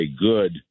good